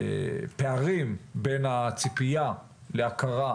פערים בין הציפייה להכרה